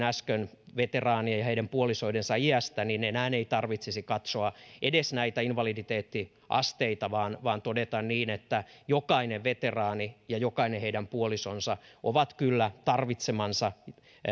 äsken veteraanien ja heidän puolisoidensa iästä enää ei tarvitsisi katsoa edes näitä invaliditeettiasteita vaan vaan todeta että jokainen veteraani ja jokainen heidän puolisonsa on kyllä tarvitsemansa